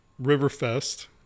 Riverfest